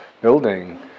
building